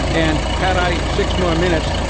and had i six more minutes,